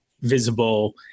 visible